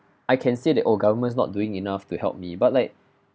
I can say that oh government is not doing enough to help me but like